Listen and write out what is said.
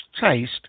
taste